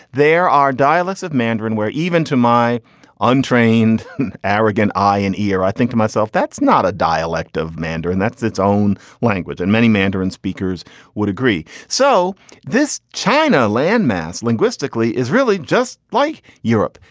there are dialects of mandarin where even to my untrained aragon eye and ear, i think to myself that's not a dialect of mandarin. that's its own language. and many mandarin speakers would agree. so this china landmass linguistically is really just like europe.